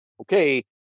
okay